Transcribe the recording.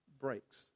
breaks